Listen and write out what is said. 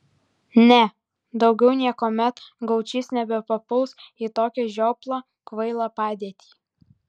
ne daugiau niekuomet gaučys nebepapuls į tokią žioplą kvailą padėtį